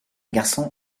garçon